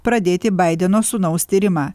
pradėti baideno sūnaus tyrimą